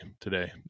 today